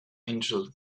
angel